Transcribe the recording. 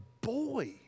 boy